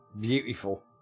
beautiful